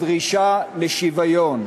הדרישה לשוויון.